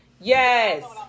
Yes